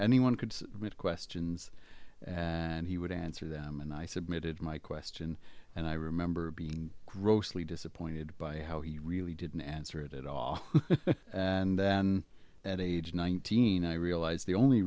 anyone could read questions and he would answer them and i submitted my question and i remember being grossly disappointed by how he really didn't answer it at all and then at age nineteen i realized the only